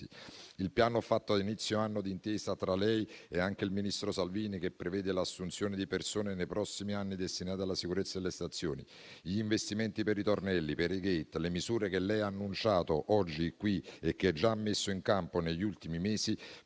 Il piano fatto ad inizio anno, d'intesa tra lei e il ministro Salvini, che prevede l'assunzione di persone nei prossimi anni destinate alla sicurezza delle stazioni, gli investimenti per i tornelli e per i *gate*, le misure che lei ha annunciato oggi qui e che ha già messo in campo negli ultimi mesi